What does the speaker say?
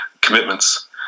commitments